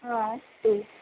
हा अस्तु